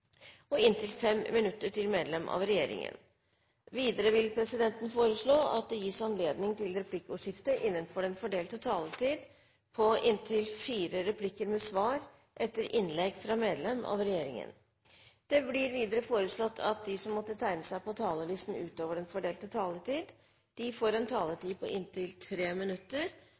og inntil 5 minutter til medlem av regjeringen. Videre vil presidenten foreslå at det gis anledning til replikkordskifte innenfor den fordelte taletid på inntil fire replikker med svar etter innlegg fra medlem av regjeringen. Det blir videre foreslått at de som måtte tegne seg på talerlisten utover den fordelte taletid, får en taletid på inntil 3 minutter.